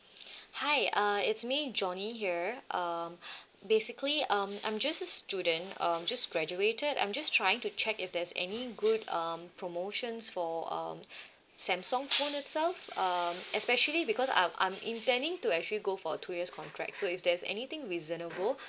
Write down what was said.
hi uh it's me johnny here uh basically um I'm just a student uh just graduated I'm just trying to check if there's any good um promotions for uh samsung phone actually itself um especially because I'm I'm intending to actually go for two years' contract so if there's anything reasonable